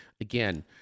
Again